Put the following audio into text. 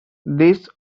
this